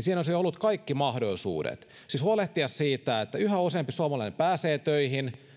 siihen olisi ollut kaikki mahdollisuudet siis huolehtia siitä että yhä useampi suomalainen pääsee töihin ja